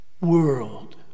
world